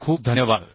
खूप खूप धन्यवाद